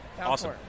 Awesome